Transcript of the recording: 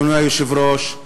אדוני היושב-ראש,